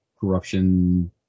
corruption